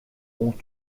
ont